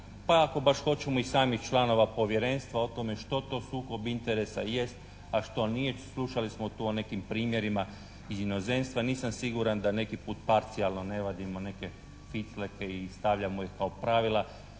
pa ako baš hoćemo i samih članova Povjerenstva o tome što to sukob interesa jest, a što nije. Slušali smo tu o nekim primjerima iz inozemstva. Nisam siguran da neki put parcijalno ne vadimo neke ficleke i stavljamo ih kao pravila.